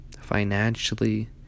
financially